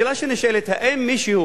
השאלה שנשאלת היא: האם מישהו,